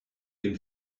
dem